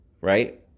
Right